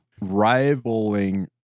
rivaling